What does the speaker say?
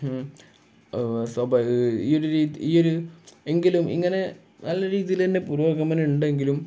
സ്വഭ ഈ ഒരു ഈ ഒരു ഒരു എങ്കിലും ഇങ്ങനെ നല്ല രീതിയിൽ തന്നെ പുരോഗമനം ഉണ്ടെങ്കിലും